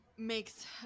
makes